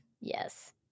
Yes